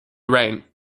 rain